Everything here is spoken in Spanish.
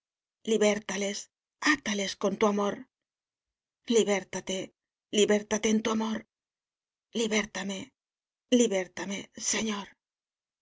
liberta les atales con tu amor liberta te liberta te en tu amor liberta me liberta me señor